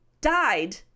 died